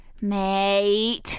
Mate